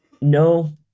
No